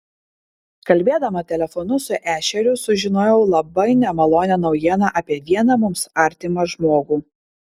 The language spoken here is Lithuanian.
kalbėdama telefonu su ešeriu sužinojau labai nemalonią naujieną apie vieną mums artimą žmogų